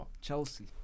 Chelsea